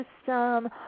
system